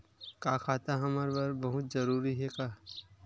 का खाता हमर बर बहुत जरूरी हे का?